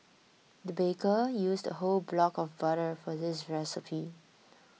the baker used a whole block of butter for this recipe